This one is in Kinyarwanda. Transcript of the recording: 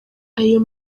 ayo